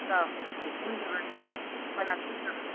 अन्त कुन जग्गा तपाईँलाई कुन जग्गा